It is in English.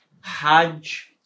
Hajj